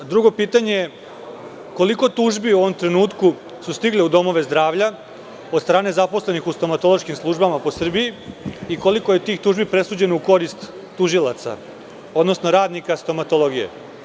Drugo pitanje je – koliko tužbi u ovom trenutku je stiglo u domove zdravlja od strane zaposlenih u stomatološkim službama po Srbiji i koliko je tih tužbi presuđeno u korist tužilaca, odnosno radnika stomatologije?